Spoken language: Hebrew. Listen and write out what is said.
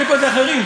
חבל.